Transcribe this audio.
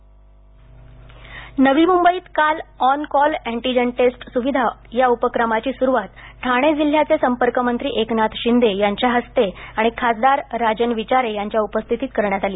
नवी मंबई नवी मुंबईत काल ऑन कॉल अँटीजेन टेस्ट सुविधा उपक्रमाची सुरूवात ठाणे जिल्हयाचे संपर्कमंत्री एकनाथ शिंदे यांच्या हस्ते खासदार राजन विचारे यांच्या उपस्थितीत करण्यात आली